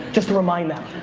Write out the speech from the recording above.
just to remind them.